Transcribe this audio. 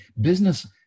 business